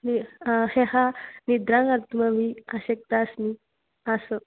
नि ह्यः निद्रां कर्तुमपि आशक्तास्मि आसौ